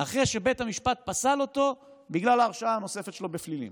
אחרי שבית המשפט פסל אותו בגלל ההרשעה הנוספת שלו בפלילים.